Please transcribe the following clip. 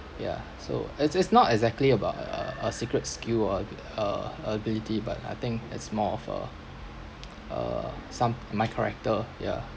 yeah so it's it's not exactly about a a a secret skill or abi~ uh ability but I think it's more of a uh some my character yeah